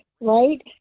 Right